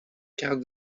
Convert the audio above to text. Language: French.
quart